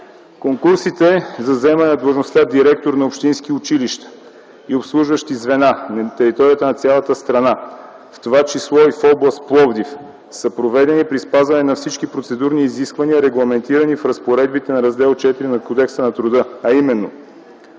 Конкурсите за заемане на длъжността „директор на общински училища” и обслужващи звена на територията на цялата страна, в т.ч. и в област Пловдив, са проведени при спазване на всички процедурни изисквания, регламентирани в разпоредбите на Раздел ІV на Кодекса на труда, а именно: